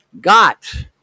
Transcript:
got